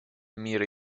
мира